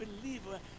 believer